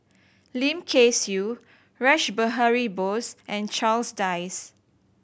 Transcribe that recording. Lim Kay Siu Rash Behari Bose and Charles Dyce